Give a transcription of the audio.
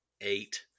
eight